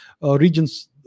regions